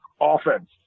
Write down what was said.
offense